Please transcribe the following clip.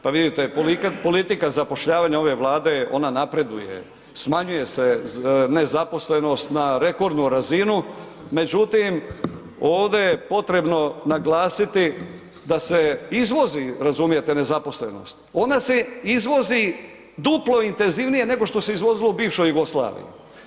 Pa vidite politika zapošljavanja ove Vlade, ona napreduje, smanjuje se nezaposlenost na rekordnu razinu međutim ovdje je potrebno naglasiti da se izvozi razumijete nezaposlenost, ona se izvozi duplo intenzivnije nego što se izvozilo u bivšoj Jugoslaviji.